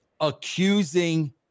accusing